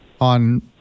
on